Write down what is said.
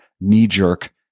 knee-jerk